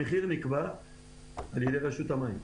המחיר נקבע על ידי רשות המים.